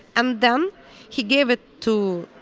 and then he gives it to.